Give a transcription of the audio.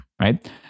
right